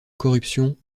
corruption